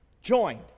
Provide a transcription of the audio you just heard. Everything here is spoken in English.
joined